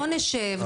בוא, תחזור על זה.